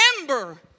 Remember